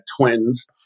twins